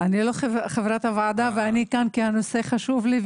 אני לא חברת הוועדה ואני כאן כי הנושא חשוב לי.